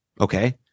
Okay